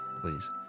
please